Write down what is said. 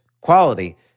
quality